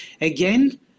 again